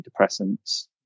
antidepressants